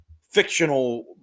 fictional